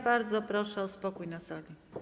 Bardzo proszę o spokój na sali.